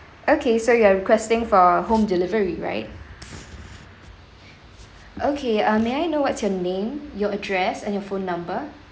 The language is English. okay so you are requesting for home delivery right okay uh may I know what's your name your address and your phone number